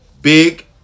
Big